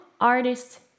Artist